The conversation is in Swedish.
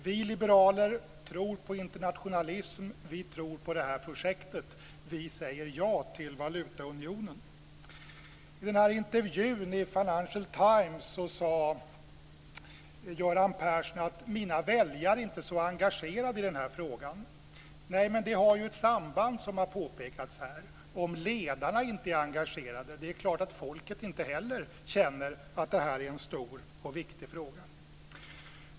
Vi liberaler tror på internationalism. Vi tror på det här projektet. Vi säger ja till valutaunionen. I intervjun i Financial Times sade Göran Persson: Mina väljare är inte så engagerade i den här frågan. Nej, men det har ju ett samband, som har påpekats här: Om ledarna inte är engagerade är det klart att folket inte heller känner att det här är en stor och viktig fråga.